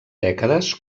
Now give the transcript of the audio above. dècades